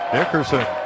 Dickerson